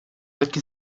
jaki